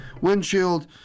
windshield